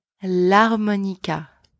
l'harmonica